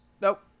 Nope